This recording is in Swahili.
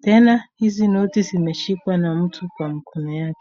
tena hizi noti zimeshikwa na mtu kwa mkono yake.